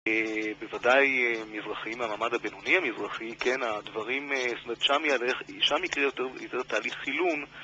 בוודאי מזרחים, המעמד הבינוני המזרחי, כן, הדברים, זאת אומרת שם יקרה יותר תהליך חילון